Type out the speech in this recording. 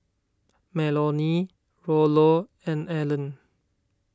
Melonie Rollo and Alleen